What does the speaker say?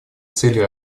целей